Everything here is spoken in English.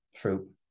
fruit